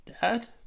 Dad